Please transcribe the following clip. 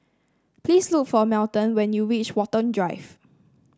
please look for Melton when you reach Watten Drive